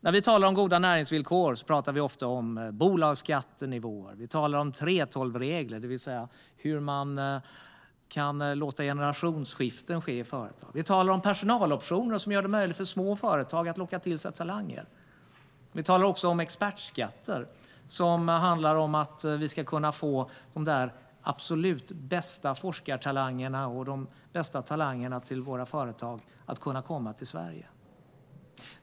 När vi talar om goda näringsvillkor talar vi ofta om bolagsskattenivåer och 3:12-regler, det vill säga hur man kan låta generationsskiften ske i företag. Vi talar om personaloptioner, som gör det möjligt för små företag att locka till sig talanger. Vi talar också om expertskatter, som handlar om att vi ska kunna få de absolut bästa forskartalangerna och de bästa talangerna till våra företag att komma till Sverige.